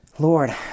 Lord